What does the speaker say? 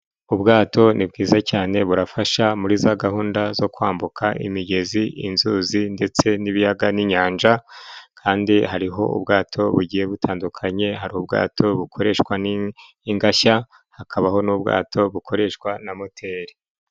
Ubwato ni bwiza cyane burafasha muri za gahunda zo kwambuka imigezi, inzuzi ndetse n'ibiyaga, n'inyanja, Kandi hariho ubwato bugiye butandukanye. Hari ubwato bukoreshwa n'ingashya hakabaho n'ubwato bukoreshwa na moteri.